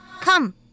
Come